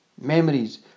memories